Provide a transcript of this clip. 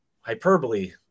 hyperbole